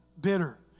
bitter